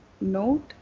note